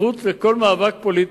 מחוץ לכל מאבק פוליטי,